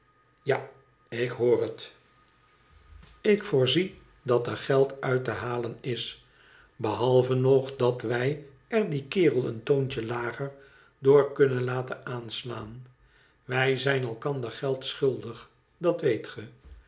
ja ik hoor het ik voorzie dat er geld uit te halen is behalve nog dat wij er dien kerel een toontje lager door kunnen laten aanslaan wij zijn elkander geld schuldig dat weet ge